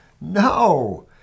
no